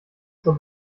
zur